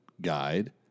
guide